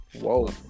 Whoa